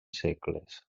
segles